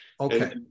Okay